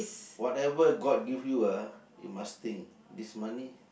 whatever god give you ah you must think this money